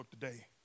today